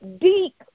Deep